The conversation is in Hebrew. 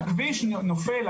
הכביש נופל,